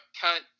cut